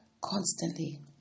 constantly